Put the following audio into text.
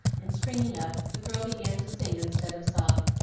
and springing up, the girl began to sing instead of sob,